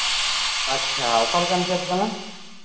ᱟᱪᱪᱷᱟ ᱚᱠᱟ ᱞᱮᱠᱟᱱ ᱠᱮᱹᱥ ᱠᱟᱱᱟ